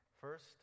First